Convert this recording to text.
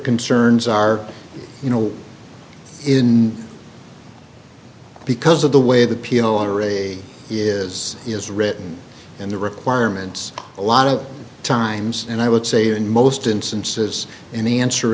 concerns are you know in because of the way the piano array is is written in the requirements a lot of times and i would say in most instances and the answer